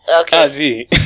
Okay